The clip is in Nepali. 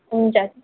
हुन्छ